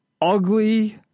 ugly